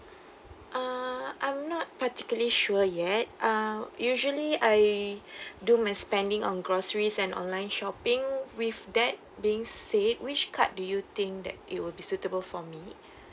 uh I'm not particularly sure yet uh usually I do my spending on groceries and online shopping with that being said which card do you think that it will be suitable for me